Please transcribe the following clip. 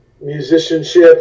musicianship